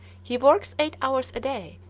he works eight hours a day,